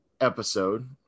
episode